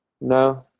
No